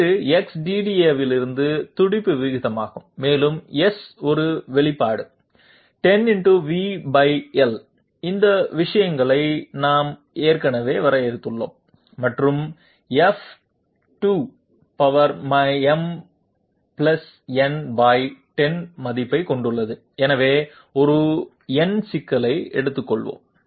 இது X DDA விலிருந்து துடிப்பு வீதமாகும் மேலும் S ஒரு வெளிப்பாடு 10 × V L இந்த விஷயங்களை நாங்கள் ஏற்கனவே வரையறுத்துள்ளோம் மற்றும் f 2 mn 10 மதிப்பைக் கொண்டுள்ளது எனவே ஒரு எண் சிக்கலை எடுத்துக்கொள்வோம்